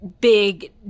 big